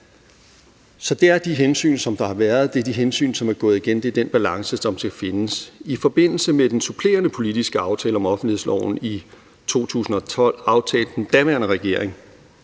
Så det er de hensyn, som der har været, det er de hensyn, som er gået igen, og det er den balance, som skal findes. I forbindelse med den supplerende politiske aftale om offentlighedsloven i 2012 aftalte den daværende regering,